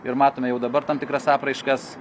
ir matome jau dabar tam tikras apraiškas